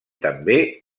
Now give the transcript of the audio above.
també